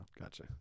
Gotcha